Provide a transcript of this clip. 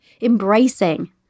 embracing